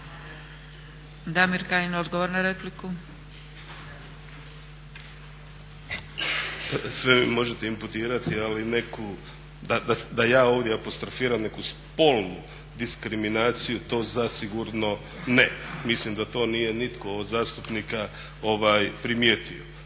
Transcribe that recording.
**Kajin, Damir (ID - DI)** Sve mi možete imputirati ali neku, da ja ovdje apostrofiram neku spolnu diskriminaciju to zasigurno ne. Mislim da to nije nitko od zastupnika primijetit,